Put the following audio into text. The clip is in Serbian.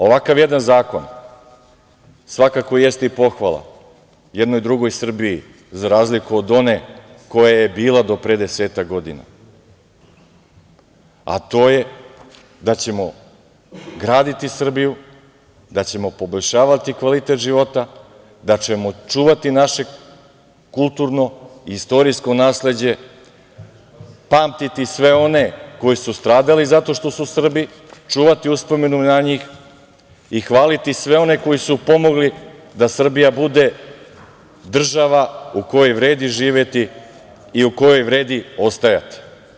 Ovakav jedan zakon svakako jeste i pohvala jednoj drugoj Srbiji, za razliku od one koja je bila do pre desetak godina, a to je da ćemo graditi Srbiju, da ćemo poboljšavati kvalitet života, da ćemo čuvati naše kulturno i istorijsko nasleđe, pamtiti sve one koji su stradali zato što su Srbi, čuvati uspomenu na njih i hvaliti sve one koji su pomogli da Srbija bude država u kojoj vredi živeti i u kojoj vredi ostajati.